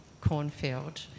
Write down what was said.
Cornfield